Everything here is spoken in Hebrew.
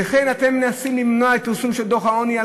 וכן אתם מנסים למנוע פרסום של דוח העוני,